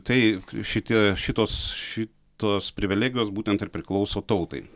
tai šitie šitos šitos privilegijos būtent ir priklauso tautai